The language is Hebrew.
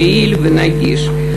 יעיל ונגיש.